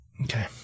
okay